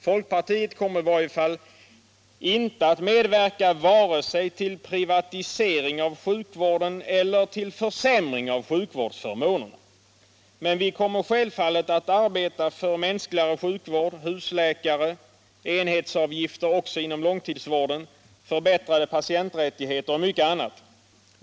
Folkpartiet kommer i varje fall inte att medverka till vare sig privatisering av sjukvården eller försämring av sjukvårdsförmånerna. Vi kommer självfallet att arbeta för mänskligare sjukvård, husläkare, enhetsavgifter — också inom långtidsvården —, förbättrade patienträttigheter och mycket annat.